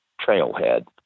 trailhead